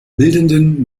bildenden